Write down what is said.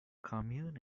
commune